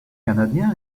canadien